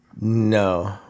No